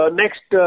next